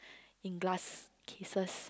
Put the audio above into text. in glass cases